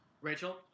Rachel